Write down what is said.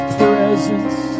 presence